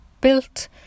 built